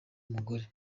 umugore